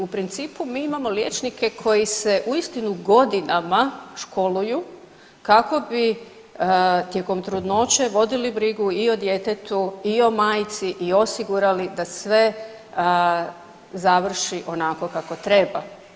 U principu mi imamo liječnike koji se uistinu godinama školuju kako bi tijekom trudnoće vodili brigu i o djetetu i o majci i osigurali da sve završi onako kako treba.